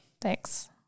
Thanks